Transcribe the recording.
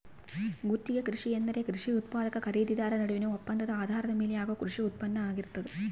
ಗುತ್ತಿಗೆ ಕೃಷಿ ಎಂದರೆ ಕೃಷಿ ಉತ್ಪಾದಕ ಖರೀದಿದಾರ ನಡುವಿನ ಒಪ್ಪಂದದ ಆಧಾರದ ಮೇಲೆ ಆಗುವ ಕೃಷಿ ಉತ್ಪಾನ್ನ ಆಗಿರ್ತದ